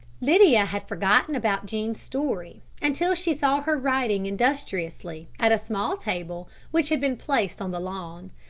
lydia had forgotten about jean's story until she saw her writing industriously at a small table which had been placed on the lawn.